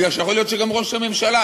כי יכול להיות שגם ראש הממשלה,